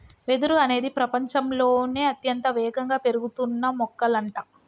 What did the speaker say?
వెదురు అనేది ప్రపచంలోనే అత్యంత వేగంగా పెరుగుతున్న మొక్కలంట